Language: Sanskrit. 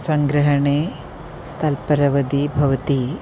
सङ्ग्रहणे तत्परवती भवति